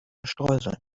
streuseln